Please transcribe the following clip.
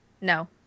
No